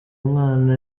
umwana